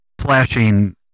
flashing